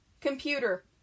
Computer